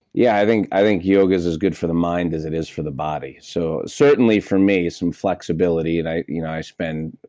yeah. i think i think yoga is as good for the mind as it is for the body. so, certainly for me is some flexibility. and i you know i spend